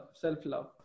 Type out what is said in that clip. Self-love